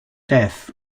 death